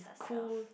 cool